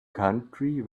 country